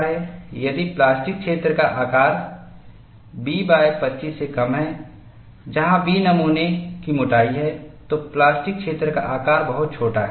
यदि प्लास्टिक क्षेत्र का आकार B25 से कम है जहां B नमूना की मोटाई है तो प्लास्टिक क्षेत्र का आकार बहुत छोटा है